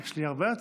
יש לי הרבה הצעות.